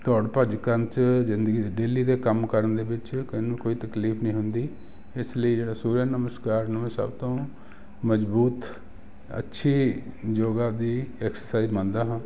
ਦੌੜ ਭੱਜ ਕਰਨ 'ਚ ਜ਼ਿੰਦਗੀ ਦੀ ਡੇਲੀ ਦੇ ਕੰਮ ਕਰਨ ਦੇ ਵਿੱਚ ਮੈਨੂੰ ਕੋਈ ਤਕਲੀਫ ਨਹੀਂ ਹੁੰਦੀ ਇਸ ਲਈ ਜਿਹੜਾ ਸੂਰਜ ਨਮਸਕਾਰ ਨੂੰ ਮੈਂ ਸਭ ਤੋਂ ਮਜ਼ਬੂਤ ਅੱਛੀ ਯੋਗਾ ਦੀ ਐਕਸਰਸਾਈਜ਼ ਮੰਨਦਾ ਹਾਂ